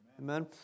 Amen